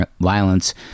violence